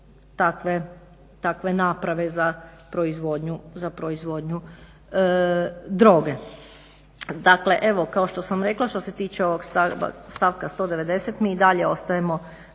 takve naprave za proizvodnju droge.